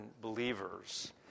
believers